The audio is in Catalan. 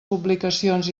publicacions